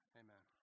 amen